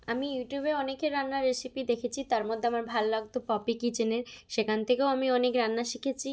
আমি ইউটিউবে অনেকের রান্নার রেসিপি দেখেছি তার মধ্যে আমার ভালো লাগত পপি কিচেনের সেখান থেকেও আমি অনেক রান্না শিখেছি